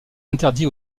interdit